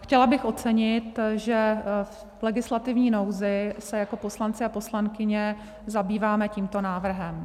Chtěla bych ocenit, že v legislativní nouzi se jako poslanci a poslankyně zabýváme tímto návrhem.